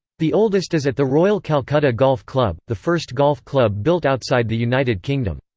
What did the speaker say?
the oldest is at the royal calcutta golf club, the first golf club built outside the united kingdom.